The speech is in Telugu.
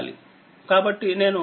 కాబట్టి నేనుచివరిగా V ను పొందాలి